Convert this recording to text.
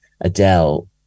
Adele